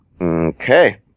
okay